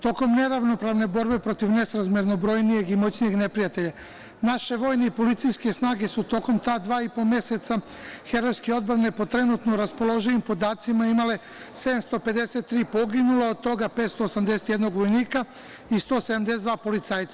Tokom neravnopravne borbe protiv nesrazmerno brojnijeg neprijatelja naše vojne i policijske snage su tokom ta dva i po meseca herojske odbrane po trenutno raspoloživim podacima imale 753 poginula od toga 581 vojnika i 172 policajca.